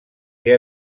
que